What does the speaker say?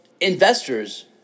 investors